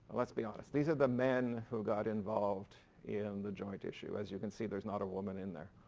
let's be honest, these are the men who got involved in the joint issue. as you can see there's not a woman in there.